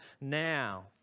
now